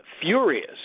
furious